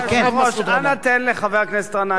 אדוני היושב-ראש, אנא תן לחבר הכנסת גנאים.